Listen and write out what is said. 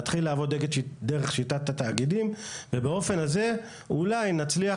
להתחיל לעבוד דרך שיטת התאגידים ובאופן זה אולי נצליח